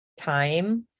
time